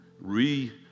Re-